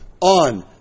on